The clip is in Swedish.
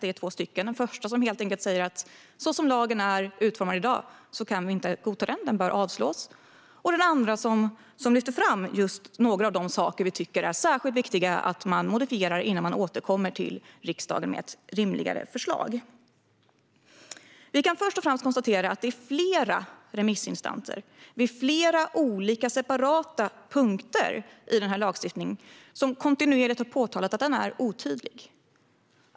Den första säger helt enkelt att vi inte kan godta lagen så som den är utformad i dag och att den bör avslås. Den andra lyfter fram några av de saker vi tycker att det är särskilt viktigt att man modifierar innan man återkommer till riksdagen med ett rimligare förslag. Vi kan först och främst konstatera att det är flera remissinstanser som gällande flera olika separata punkter i den här lagstiftningen kontinuerligt har påtalat att den är otydlig.